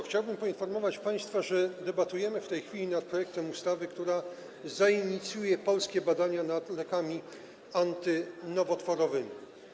Chciałbym poinformować państwa, że debatujemy w tej chwili nad projektem ustawy, która zainicjuje polskie badania nad lekami antynowotworowymi.